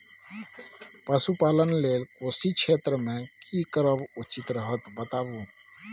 पशुपालन लेल कोशी क्षेत्र मे की करब उचित रहत बताबू?